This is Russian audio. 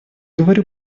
говорю